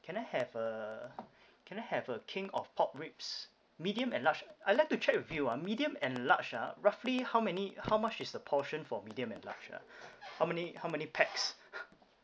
can I have a can I have a king of pork ribs medium and large I like to check with you ah medium and large ah roughly how many how much is the portion for medium and large ah how many how many pax